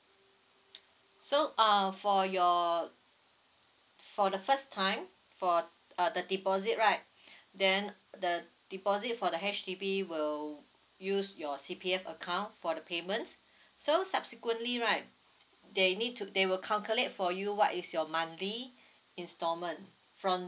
so uh for your for the first time for uh the deposit right then the deposit for the H_D_B will use your C_P_F account for the payments so subsequently right they need to they will calculate for you what is your monthly installment from